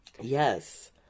Yes